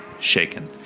Shaken